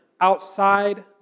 outside